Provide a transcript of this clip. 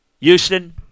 Houston